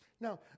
Now